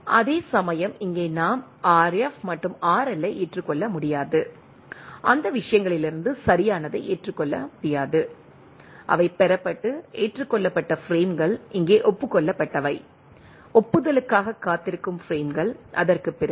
அதேசமயம் இங்கே நாம் R F மற்றும் R L ஐ ஏற்றுக்கொள்ள முடியாது அந்த விஷயங்களிலிருந்து சரியானதை ஏற்றுக் கொள்ள முடியாது அவை பெறப்பட்டு ஏற்றுக்கொள்ளப்பட்ட பிரேம்கள் இங்கே ஒப்புக் கொள்ளப்பட்டவை ஒப்புதலுக்காக காத்திருக்கும் பிரேம்கள் அதற்குப் பிறகு